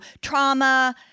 trauma